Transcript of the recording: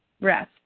rest